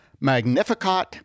Magnificat